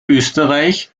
österreich